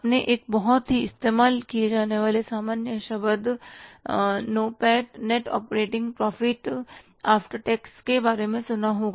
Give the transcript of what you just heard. आपने एक बहुत ही इस्तेमाल किए जाने वाले सामान्य शब्द NOPAT net operating profit after tax के बारे में सुना होगा